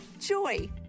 joy